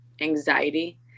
anxiety